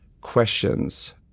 questions